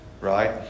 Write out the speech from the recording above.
Right